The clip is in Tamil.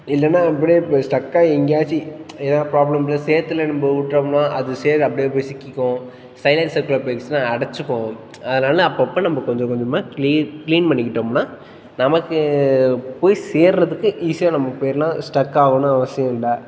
இல்லைன்னா ப்ரேக் இப்போ ஸ்ட்ரக் ஆகி எங்கேயாச்சி எதாவது ப்ராப்ளம் கிப்ளம் சேற்றுல நம்ம விட்டோம்னா அது சேறு அப்படியே போய் சிக்கிக்கும் சைலன்சர் குள்ளே போச்சுன்னால் அடைச்சுக்கும் அதனால அப்பப்போ நம்ம கொஞ்சம் கொஞ்சமாக க்ளீன் க்ளீன் பண்ணிக்கிட்டோம்னாலல் நமக்கு போய் சேர்கிறதுக்கு ஈஸியாக நம்ம போயிடலாம் ஸ்ட்ரக் ஆகுன்னு அவசியம் இல்லை